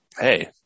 hey